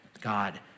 God